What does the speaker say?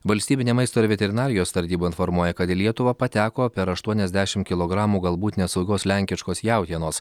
valstybinė maisto ir veterinarijos tarnyba informuoja kad į lietuvą pateko per aštuoniasdešimt kilogramų galbūt nesaugios lenkiškos jautienos